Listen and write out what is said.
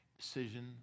decision